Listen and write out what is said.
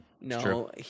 No